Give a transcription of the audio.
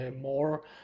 more